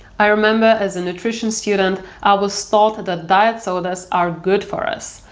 i remember, as a nutrition student i was taught that diet sodas are good for us.